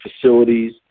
facilities